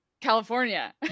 California